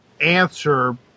answer